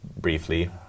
briefly